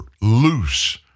loose